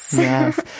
Yes